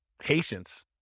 Patience